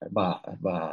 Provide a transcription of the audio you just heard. arba arba